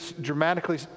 dramatically